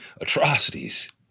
atrocities